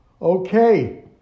Okay